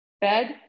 bed